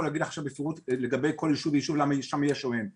להגיד לך עכשיו בפירוט לגבי כל יישוב ויישוב למה שם יש ולמה שם אין.